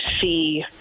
see